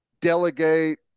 delegate